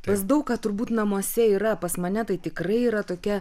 pas daug ką turbūt namuose yra pas mane tai tikrai yra tokia